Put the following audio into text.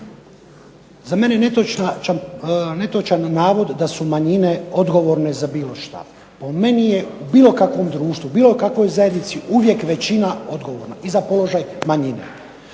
Za mene je netočan navod da su manjine odgovorne za bilo šta. Po meni je u bilo kakvom društvu, bilo kakvoj zajednici uvijek većina odgovorna, i za položaj manjina.